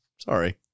Sorry